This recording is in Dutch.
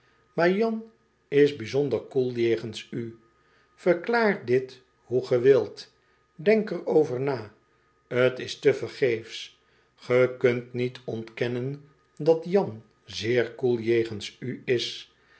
is bij zon deikoel jegens u verklaar dit hoe ge wilt denk er over na t is tevergeefs ge kunt niet ontkennen dat jan zeer koel jegens u is